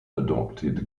adopted